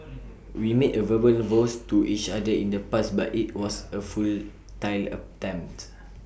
we made A verbal vows to each other in the past but IT was A futile attempt